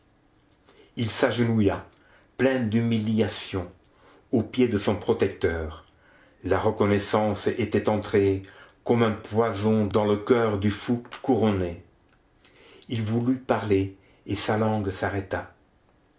il s'agenouilla plein d'humiliation aux pieds de son protecteur la reconnaissance était entrée comme un poison dans le coeur du fou couronné il voulut parler et sa langue s'arrêta